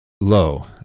Lo